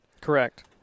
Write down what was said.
Correct